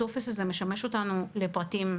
הטופס הזה משמש אותנו לקבלת פרטים,